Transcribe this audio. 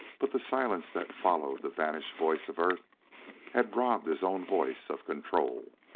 but the silence that followed the vanished voice of earth had robbed his own voice of control.